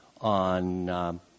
on